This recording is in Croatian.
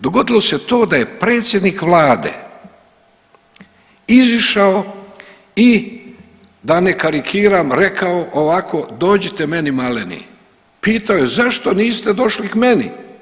Dogodilo se to da je predsjednik vlade izišao i da ne karikiram, rekao ovako dođite meni maleni, pitao je zašto niste došli k meni.